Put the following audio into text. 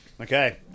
Okay